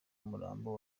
umurambo